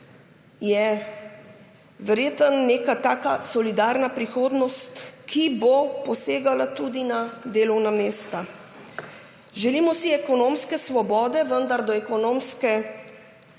verjetno neka taka solidarna prihodnost, ki bo posegala tudi na delovna mesta. Želimo si ekonomske svobode, vendar s pomočjo ekonomske